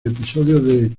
episodio